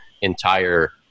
entire